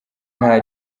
nta